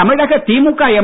தமிழக திமுக எம்